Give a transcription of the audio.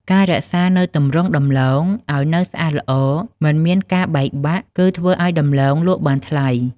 ការរក្សានូវទម្រង់ដំឡូងឲ្យនៅស្អាតល្អ មិនមានការបែកបាក់គឺធ្វើឲ្យដំឡូងលក់់បានថ្លៃ។